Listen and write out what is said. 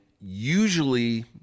usually